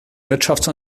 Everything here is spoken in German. wirtschafts